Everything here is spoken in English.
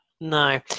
No